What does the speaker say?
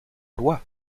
loi